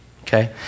okay